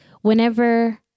whenever